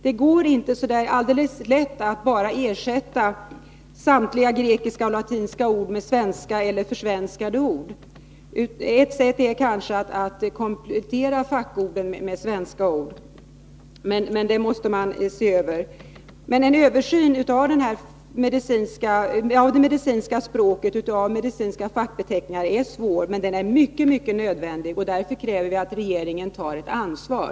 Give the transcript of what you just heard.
Det går inte så lätt att bara ersätta samtliga grekiska och latinska ord med svenska eller försvenskade ord. Ett sätt är kanske att komplettera fackorden med svenska ord. Det måste emellertid undersökas. En översyn av det medicinska språket och de medicinska fackbeteckningarna är svår men mycket nödvändig. Därför kräver vi att regeringen tar ett ansvar.